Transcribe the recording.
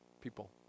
people